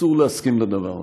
אסור להסכים לדבר הזה.